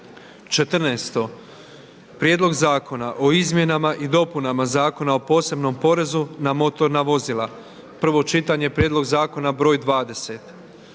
14. Prijedlog zakona o Izmjenama i dopunama Zakona o posebnom porezu na motorna vozila, prvo čitanje, P.Z. br. 20,